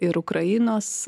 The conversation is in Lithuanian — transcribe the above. ir ukrainos